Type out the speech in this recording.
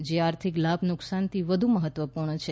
જે આર્થિક લાભ નુકસાનની વધુ મહત્વપૂર્ણ છે